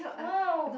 !wow!